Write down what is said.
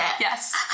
yes